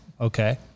Okay